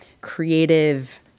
creative